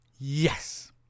Yes